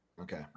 okay